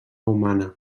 humana